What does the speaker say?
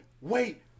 wait